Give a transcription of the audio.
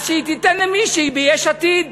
אז שהיא תיתן למישהי מיש עתיד.